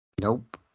Nope